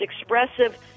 expressive